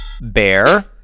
bear